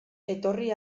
etorri